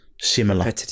Similar